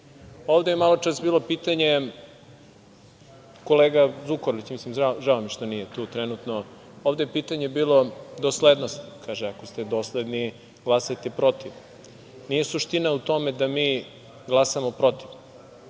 Ovde je maločas bilo pitanje, kolega Zukorlić mislim da je, žao mi je što nije tu trenutno, pitanje doslednosti. Ako ste dosledni, glasajte protiv. Nije suština u tome da mi glasamo protiv.